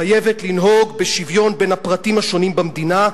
חייבת לנהוג בשוויון בין הפרטים השונים במדינה.